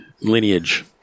lineage